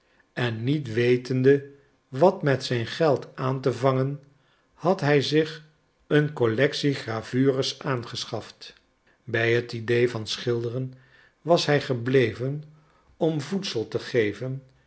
en niet wetende wat met zijn geld aan te vangen had hij zich een collectie gravures aangeschaft bij het idee van schilderen was hij gebleven om voedsel te geven